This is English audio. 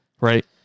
Right